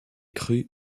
crues